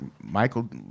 Michael